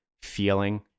feeling